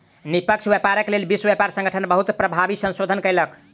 निष्पक्ष व्यापारक लेल विश्व व्यापार संगठन बहुत प्रभावी संशोधन कयलक